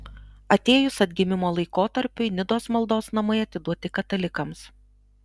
atėjus atgimimo laikotarpiui nidos maldos namai atiduoti katalikams